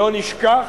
לא נשכח